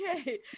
Okay